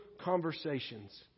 conversations